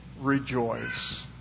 rejoice